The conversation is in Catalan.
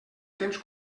temps